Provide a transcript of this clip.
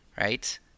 right